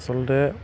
আচলতে